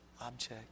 object